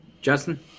Justin